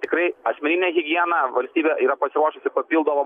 tikrai asmeninė higiena valstybė yra pasiruošusi papildomom